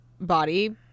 body